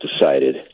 decided